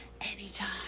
anytime